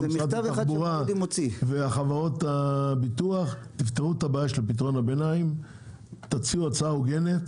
ממשרד התחבורה ומחברות הביטוח לפתור את הבעיה ולהציע הצעה הוגנת